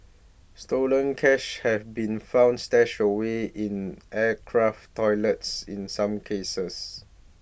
stolen cash have been found stashed away in aircraft toilets in some cases